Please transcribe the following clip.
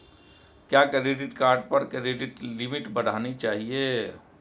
क्या credit card पर credit limit बढ़ानी चाहिए?